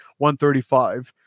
135